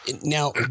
Now